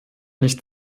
nicht